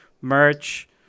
merch